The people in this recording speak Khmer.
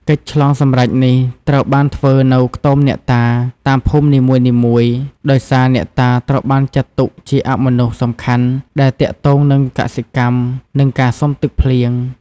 កិច្ចឆ្លងសម្រេចនេះ ត្រូវបានធ្វើនៅ ខ្ទមអ្នកតា តាមភូមិនីមួយៗ ដោយសារអ្នកតាត្រូវបានចាត់ទុកជាអមនុស្សសំខាន់ដែលទាក់ទងនឹងកសិកម្ម និងការសុំទឹកភ្លៀង។